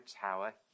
tower